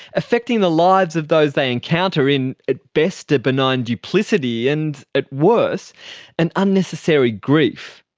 affecting the lives of those they encounter in at best a benign duplicity and at worst an unnecessary grief.